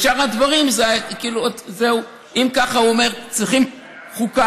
אם ככה, הוא אומר, צריכים חוקה.